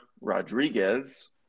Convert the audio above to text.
Rodriguez